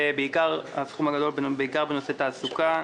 הסכום הגדול הוא בעיקר בנושאי תעסוקה.